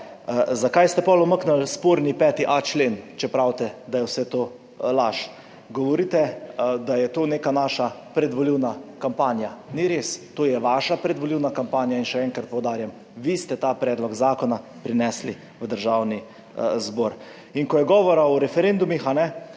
Zakaj ste potem umaknili sporni 5.a člen, če pravite, da je vse to laž? Govorite, da je to neka naša predvolilna kampanja. Ni res, to je vaša predvolilna kampanja. Še enkrat poudarjam, vi ste ta predlog zakona prinesli v Državni zbor. Ko je govora o referendumih,